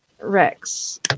Rex